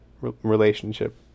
relationship